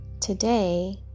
Today